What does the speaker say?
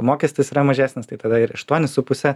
mokestis yra mažesnis tai tada ir aštuonis su puse